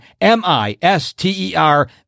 M-I-S-T-E-R